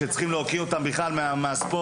שצריך להוקיע אותם בכלל מהספורט.